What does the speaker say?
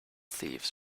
thieves